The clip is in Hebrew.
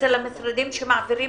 אצל המשרדים.